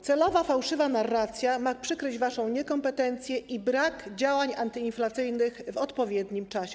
Celowa fałszywa narracja ma przykryć waszą niekompetencję i brak działań antyinflacyjnych w odpowiednim czasie.